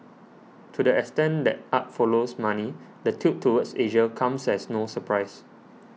to the extent that art follows money the tilt toward Asia comes as no surprise